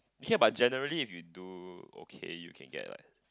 ya but generally if you do okay you can get like